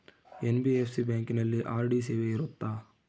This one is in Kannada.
ಎನ್.ಬಿ.ಎಫ್.ಸಿ ಬ್ಯಾಂಕಿನಲ್ಲಿ ಆರ್.ಡಿ ಸೇವೆ ಇರುತ್ತಾ?